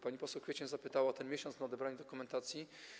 Pani poseł Kwiecień zapytała o ten miesiąc na odebranie dokumentacji.